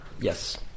Yes